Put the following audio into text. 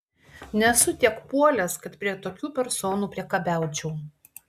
nesu tiek puolęs kad prie tokių personų priekabiaučiau